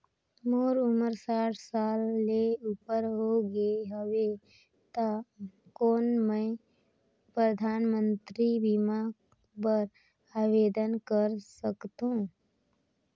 मोर उमर साठ साल ले उपर हो गे हवय त कौन मैं परधानमंतरी बीमा बर आवेदन कर सकथव?